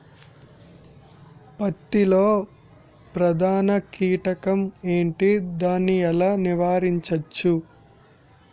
పత్తి లో ప్రధాన కీటకం ఎంటి? దాని ఎలా నీవారించచ్చు?